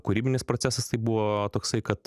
kūrybinis procesas tai buvo toksai kad